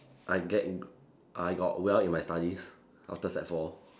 I get in I got well in my studies after sec four